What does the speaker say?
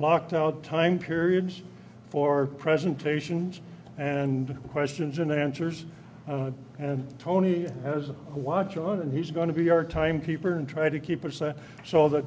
blocked out time periods for presentations and questions and answers and tony has a watch on and he's going to be our time keeper and try to keep it so so that